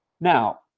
now